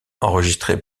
enregistré